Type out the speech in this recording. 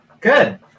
Good